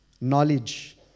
knowledge